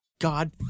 God